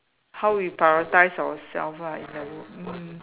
how we prioritise ourself ah in that w~ mm